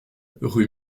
rue